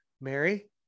Mary